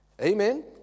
Amen